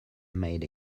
made